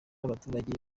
abaturage